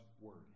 word